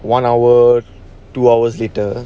one hour two hours later